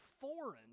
foreign